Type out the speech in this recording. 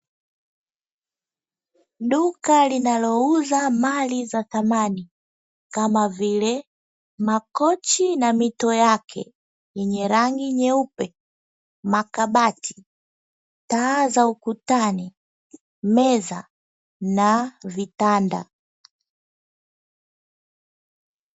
Duka linalouza mali za samani, kama vile: makochi na mito yake yenye rangi nyeupe, makabati, taa za ukutani, meza na vitanda.